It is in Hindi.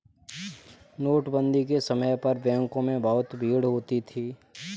नोटबंदी के समय पर बैंकों में बहुत भीड़ होती थी